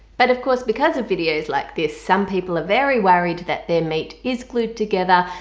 but of course because of videos like this some people are very worried that their meat is glued together.